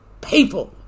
people